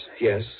Yes